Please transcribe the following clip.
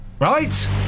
right